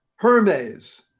Hermes